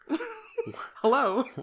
Hello